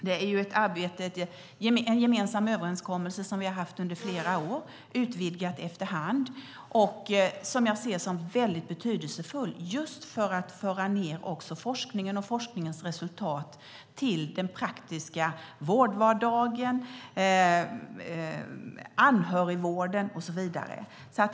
Det är en gemensam överenskommelse som vi har haft under flera år, utvidgad efter hand, och som jag ser som väldigt betydelsefull just för att föra ned också forskningen och forskningens resultat till den praktiska vårdvardagen, anhörigvården och så vidare.